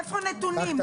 איפה הנתונים?